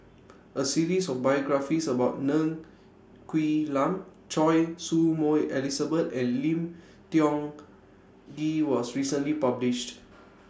A series of biographies about Ng Quee Lam Choy Su Moi Elizabeth and Lim Tiong Ghee was recently published